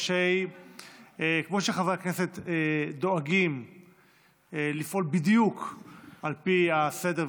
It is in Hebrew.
כמו שחברי הכנסת דואגים לפעול בדיוק על פי הסדר,